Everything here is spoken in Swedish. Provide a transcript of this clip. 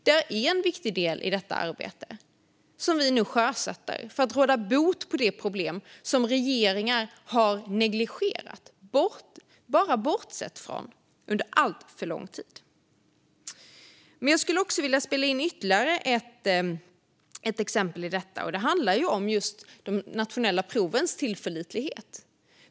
Det är en viktig del i det arbete som vi nu sjösätter för att råda bot på det problem som regeringar har negligerat och bara bortsett från under alltför lång tid. Jag vill ta upp ytterligare ett exempel här som handlar om de nationella provens tillförlitlighet.